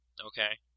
Okay